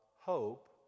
hope